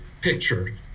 picture